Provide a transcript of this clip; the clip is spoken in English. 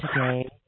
today